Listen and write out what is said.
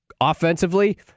offensively